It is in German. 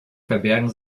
verbergen